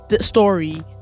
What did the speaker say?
story